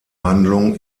handlung